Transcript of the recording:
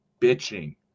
bitching